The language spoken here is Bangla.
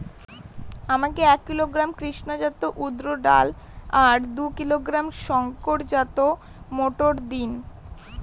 আমাকে এক কিলোগ্রাম কৃষ্ণা জাত উর্দ ডাল আর দু কিলোগ্রাম শঙ্কর জাত মোটর দিন?